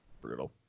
Brutal